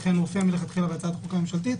לכן מופיע מלכתחילה בהצעת החוק הממשלתית.